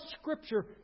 scripture